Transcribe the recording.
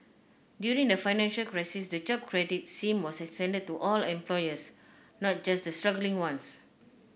during the financial crisis the Jobs Credit scheme was extended to all employers not just the struggling ones